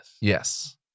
Yes